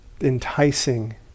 enticing